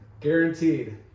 guaranteed